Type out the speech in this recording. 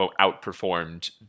outperformed